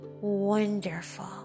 wonderful